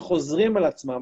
אלה שחוזרים על עצמם,